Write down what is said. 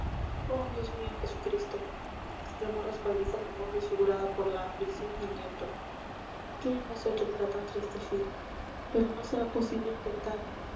oh dios mío jesucristo exclamó respaldiza con voz desfigurada por la aflicción y el llanto qué hemos hecho para tan triste fin pero no será posible intentar